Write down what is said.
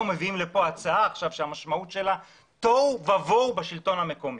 לא מביעים הצעה שהמשמעות שלה תוהו ובוהו בשלטון המקומי.